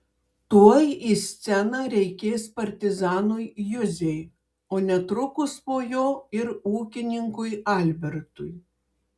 tuoj į sceną reikės partizanui juzei o netrukus po jo ir ūkininkui albertui